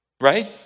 Right